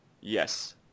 Yes